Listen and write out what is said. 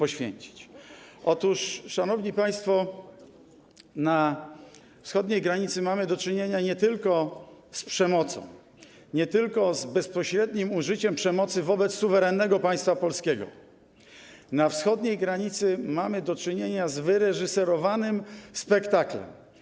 Otóż, szanowni państwo, na wschodniej granicy mamy do czynienia nie tylko z przemocą, nie tylko z bezpośrednim użyciem przemocy wobec suwerennego państwa polskiego - na wschodniej granicy mamy do czynienia z wyreżyserowanym spektaklem.